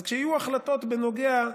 אז כשיהיו החלטות בנוגע,